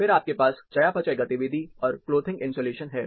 फिर आपके पास चयापचय गतिविधि और क्लोथिंग इन्सुलेशन है